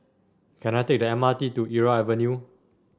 can I take the M R T to Irau Avenue